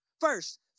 First